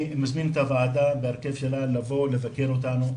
אני מזמין את הוועדה בהרכב שלה לבוא לבקר אותנו,